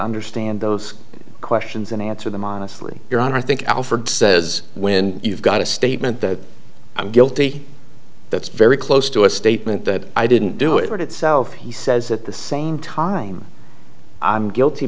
understand those questions and answer them honestly your honor i think alford says when you've got a statement that i'm guilty that's very close to a statement that i didn't do it itself he says at the same time i'm guilty